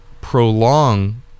prolong